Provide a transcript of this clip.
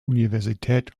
universität